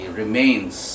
remains